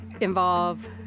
involve